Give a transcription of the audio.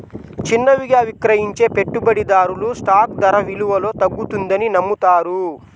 చిన్నవిగా విక్రయించే పెట్టుబడిదారులు స్టాక్ ధర విలువలో తగ్గుతుందని నమ్ముతారు